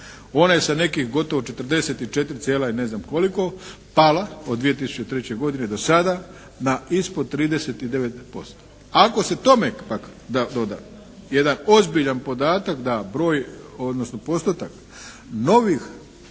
One se nekih gotovo 44 cijela i ne znam koliko pala od 2003. godine do sada na ispod 395. Ako se tome pak doda jedan ozbiljan podatak da broj, odnosno postotak novih